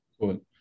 Cool